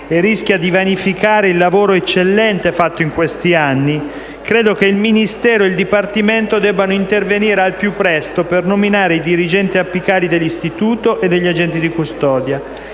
e rischia di vanificare il lavoro eccellente fatto in questi anni, credo che il Ministero e il dipartimento competenti debbano intervenire al più presto per nominare i dirigenti apicali dell'istituto e degli agenti di custodia,